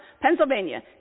Pennsylvania